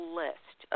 list